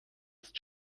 ist